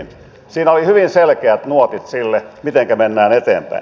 siinä oli hyvin selkeät nuotit sille mitenkä mennään eteenpäin